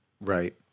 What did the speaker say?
Right